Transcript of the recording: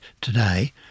today